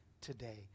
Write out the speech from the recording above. today